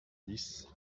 dix